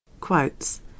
quotes